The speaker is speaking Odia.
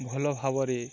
ଭଲ ଭାବରେ